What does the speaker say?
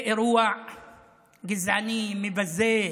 זה אירוע גזעני, מבזה,